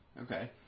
Okay